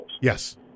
Yes